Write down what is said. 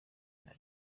nta